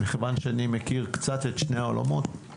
מכיוון שאני מכיר קצת את שני העולמות,